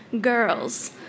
girls